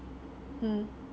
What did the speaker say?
mm